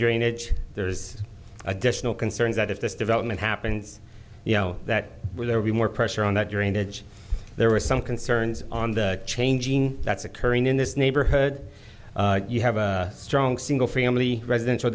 drainage there's additional concerns that if this development happens you know that there will be more pressure on that during the edge there were some concerns on the changing that's occurring in this neighborhood you have a strong single family residential